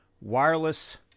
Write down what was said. wireless